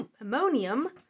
ammonium